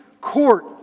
court